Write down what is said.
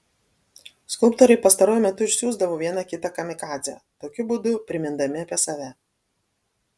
skulptoriai pastaruoju metu išsiųsdavo vieną kitą kamikadzę tokiu būdu primindami apie save